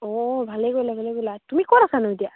অঁ ভালে কৰিলা ভালে কৰিলা তুমি ক'ত আছা নো এতিয়া